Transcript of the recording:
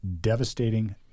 devastating